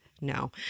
No